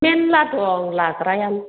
मेरला दं लाग्रायानो